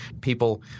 people